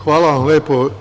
Hvala vam lepo.